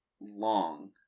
long